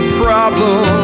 problem